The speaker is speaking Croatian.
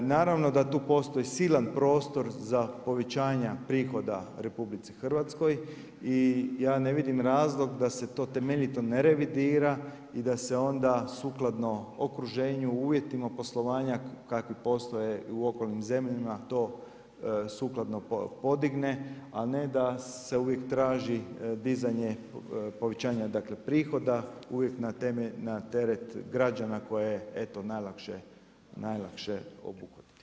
Naravno, da tu postoji silan prostor za povećanja prihoda RH i ja ne vidim razlog da se to temeljito ne revidira i da se onda suglasno okruženju, u uvjetima poslovanja, kakvih postoje u lokalnim zemljama to sukladno podigne, a ne da se uvijek traži dizanje, povećanje prihoda, uvijek na teret građana koje je najlakše obuhvatiti.